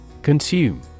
Consume